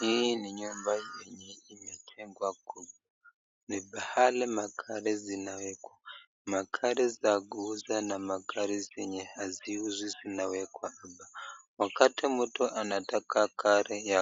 Hii ni nyumba yenye imejengwa kubwa, ni pahali magari zinawekwa, magari za kuuza na magari zenye haziuzwi zinawekwa hapa, wakati mtu anataka gari ya